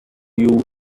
you